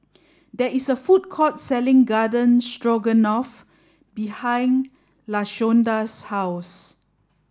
there is a food court selling Garden Stroganoff behind Lashonda's house